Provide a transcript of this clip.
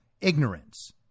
ignorance